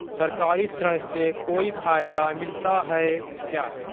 सरकारी ऋण से कोई फायदा मिलता है क्या?